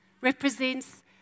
represents